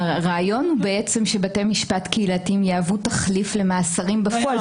הרעיון הוא שבתי משפט קהילתיים יהוו תחליף למאסרים בפועל,